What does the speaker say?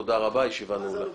תודה רבה, הישיבה נעולה.